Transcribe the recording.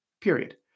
Period